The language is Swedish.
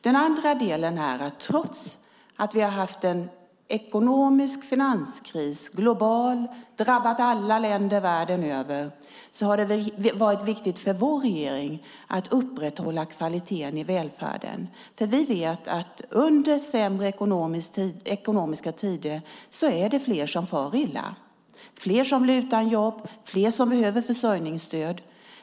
Den andra delen är att det, trots en global ekonomisk finanskris som har drabbat alla länder världen över, har varit viktigt för vår regering att upprätthålla kvaliteten i välfärden. Vi vet nämligen att under ekonomiskt sämre tider är det fler som far illa, fler som blir utan jobb och fler som behöver försörjningsstöd.